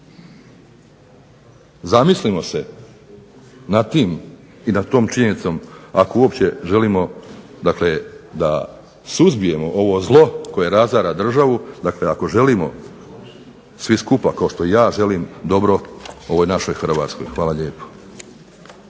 Zamislimo se nad tim i nad to činjenicom ako uopće želimo da suzbijemo ovo zlo koje razara državu. Dakle ako želimo svi skupa kao što ja želim dobro ovoj našoj Hrvatskoj. Hvala lijepo.